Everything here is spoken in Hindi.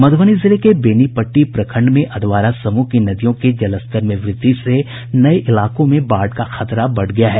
मुधबनी जिले बेनीपट्टी प्रखंड में अधवारा समूह की नदियों के जलस्तर में व्रद्धि से नये इलाकों में बाढ़ का खतरा बढ़ गया है